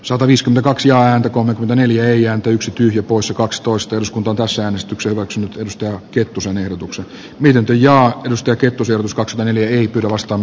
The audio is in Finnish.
sataviisikymmentäyksi ääntä kolme neljä yksi tyhjä poissa kaksitoista s on kansanäänestyksen vuoksi tykistöä kettusen ehdotuksen miten teijaa pentti kettusen uskoakseen eli ilmaston